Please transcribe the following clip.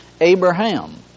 Abraham